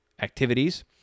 activities